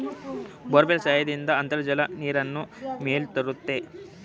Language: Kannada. ಬೋರ್ವೆಲ್ ಸಹಾಯದಿಂದ ಅಂತರ್ಜಲದ ನೀರನ್ನು ಮೇಲೆತ್ತುತ್ತಾರೆ